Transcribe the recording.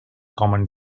common